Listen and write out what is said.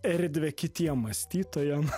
erdvę kitiem mąstytojam